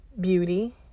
Beauty